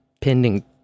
pending